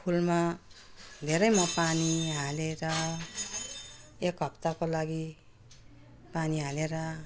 फुलमा धेरै म पानी हालेर एक हप्ताको लागि पानी हालेर